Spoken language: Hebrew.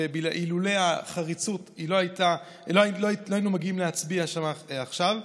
ואילולא החריצות לא היינו מגיעים להצביע עכשיו.